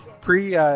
pre